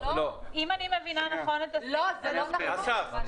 לא, זה לא נכון.